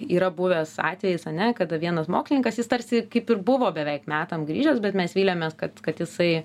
yra buvęs atvejis ane kada vienas mokslininkas jis tarsi kaip ir buvo beveik metam grįžęs bet mes vylėmės kad kad jisai